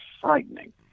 frightening